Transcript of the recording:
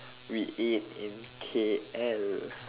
we ate in K_L